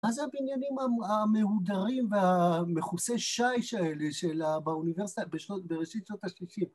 מה זה הבניינים המהודרים והמכוסי שיש האלה באוניברסיטה בראשית שנות השלושים.